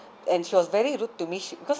and she was very rude to me she because